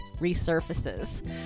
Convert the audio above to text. resurfaces